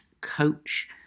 coach